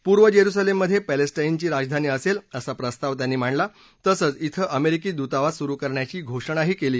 पूर्व जेरुसलेममधे पॅलेस्टाईनची राजधानी असेल असा प्रस्ताव त्यांनी मांडला तसंच क्वें अमेरिकी दूतावास सुरु करण्याची घोषणाही केली